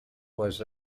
was